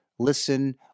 listen